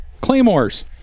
Claymore's